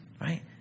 Right